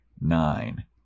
nine